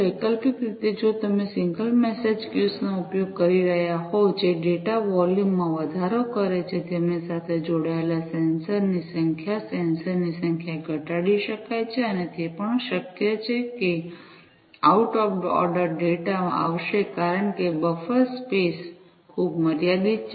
વૈકલ્પિક રીતે જો તમે સિંગલ મેસેજ ક્યુસ નો ઉપયોગ કરી રહ્યાં હોવ જે ડેટા વોલ્યુમ માં વધારો કરે છે તેમની સાથે જોડાયેલા સેન્સર્સ ની સંખ્યા સેન્સર ની સંખ્યા ઘટાડી શકાય છે અને તે પણ શક્ય છે કે આઉટ ઓફ ઓર્ડર ડેટા આવશે કારણ કે બફર સ્પેસ ખૂબ મર્યાદિત છે